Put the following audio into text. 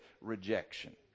rejection